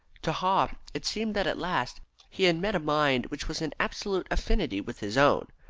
to haw it seemed that at last he had met a mind which was in absolute affinity with his own.